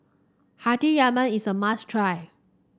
Hati Yaman is a must try